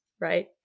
right